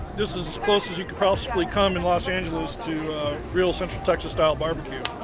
this is as close as you can possibly come in los angeles to real central texas style barbecue.